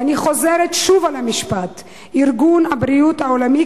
ואני חוזרת שוב על המשפט: "ארגון הבריאות העולמי